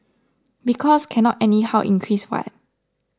because cannot anyhow increase what